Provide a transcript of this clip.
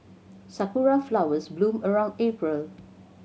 sakura flowers bloom around April